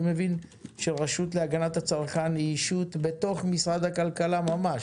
אני מבין שהרשות להגנת הצרכן היא ישות בתוך משרד הכלכלה ממש,